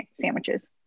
sandwiches